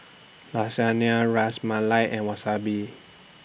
Lasagna Ras Malai and Wasabi